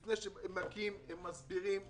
לפני שמכים הם מסבירים.